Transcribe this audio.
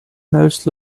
most